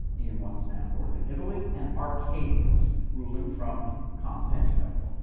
in what's now northern italy and arcadius, ruling from constantinople,